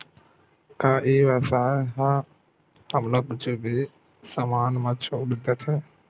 का ई व्यवसाय ह हमला कुछु भी समान मा छुट देथे?